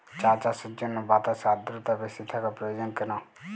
চা চাষের জন্য বাতাসে আর্দ্রতা বেশি থাকা প্রয়োজন কেন?